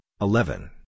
eleven